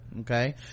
okay